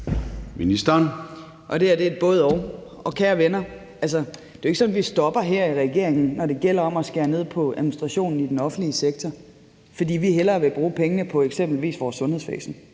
Det her er et både og. Og kære venner, det er jo ikke sådan, at vi i regeringen stopper, når det gælder om at skære ned på administrationen i den offentlige sektor, fordi vi eksempelvis hellere vil bruge pengene på vores sundhedsvæsen